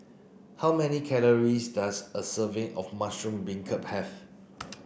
how many calories does a serving of mushroom beancurd have